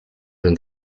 than